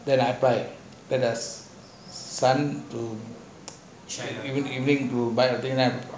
then I buy then the sun to willing to dry the car